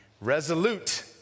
resolute